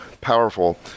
powerful